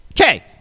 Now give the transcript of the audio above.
okay